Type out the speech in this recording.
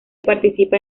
participa